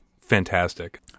fantastic